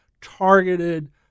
targeted